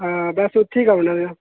आं बस उत्थें गै औना ऐ